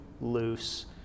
loose